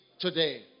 today